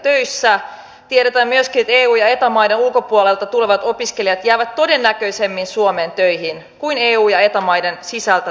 tiedetään myöskin että eu ja eta maiden ulkopuolelta tulevat opiskelijat jäävät todennäköisemmin suomeen töihin kuin eu ja eta maiden sisältä tulevat